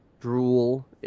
drool